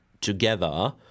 together